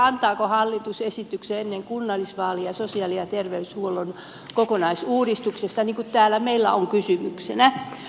antaako hallitus esityksen ennen kunnallisvaaleja sosiaali ja terveyshuollon kokonaisuudistuksesta niko täällä meillä on kysymyksenä